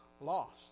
lost